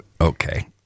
okay